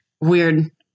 weird